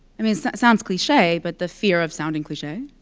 i mean it sounds cliche, but the fear of sounding cliche.